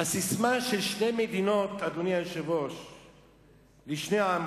אדוני היושב-ראש, הססמה של שתי מדינות לשני עמים